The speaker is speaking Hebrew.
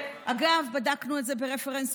אגב, בדקנו את זה ב-reference בין-לאומי,